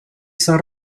san